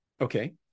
Okay